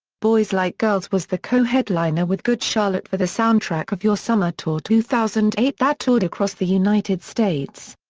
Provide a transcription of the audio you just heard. boys like girls was the co-headliner with good charlotte for the soundtrack of your summer tour two thousand and eight that toured across the united states.